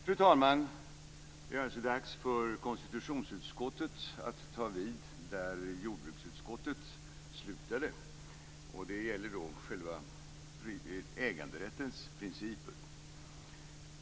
Fru talman! Det är alltså dags för konstitutionsutskottet att ta vid där jordbruksutskottet slutade. Det gäller själva äganderättens principer.